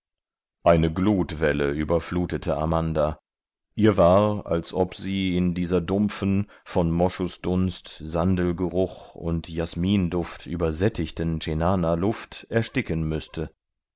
eine glutwelle überflutete amanda ihr war als ob sie in dieser dumpfen von moschusdunst sandelgeruch und jasminduft übersättigten cenanaluft ersticken müßte